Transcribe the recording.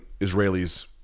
Israelis